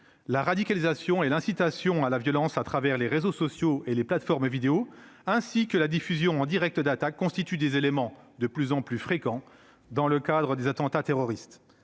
la radicalisation et l'incitation à la violence au travers des réseaux sociaux et des plateformes vidéo, ainsi que la diffusion en direct d'attaques, constituent des éléments de plus en plus fréquents dans le cadre des attentats terroristes.